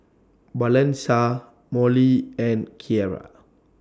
Blanca Molly and Kiera